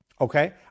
Okay